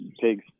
pigs